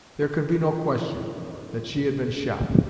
there could be no question that she had been shot.